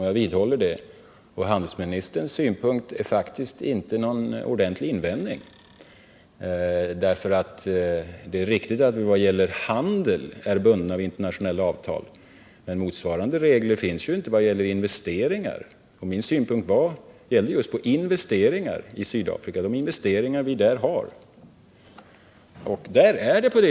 Jag vidhåller det, och handelsministerns synpunkt är faktiskt inte någon ordentlig invändning. Det är riktigt att vi när det gäller handel är bundna vid internationella avtal. Men motsvarande regler finns ju inte i fråga om investeringar. Min synpunkt gällde just de investeringar vi har i Sydafrika.